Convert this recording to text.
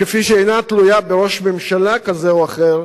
כפי שאינה תלויה בראש ממשלה כזה או אחר